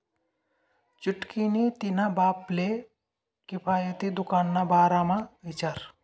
छुटकी नी तिन्हा बापले किफायती दुकान ना बारा म्हा विचार